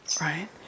right